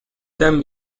them